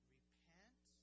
Repent